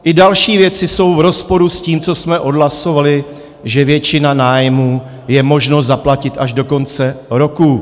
I další věci jsou v rozporu s tím, co jsme odhlasovali, že většinu nájmu je možno zaplatit až do konce roku.